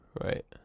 right